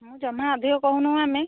ମୁଁ ଜମା ଅଧିକ କହୁନୁ ଆମେ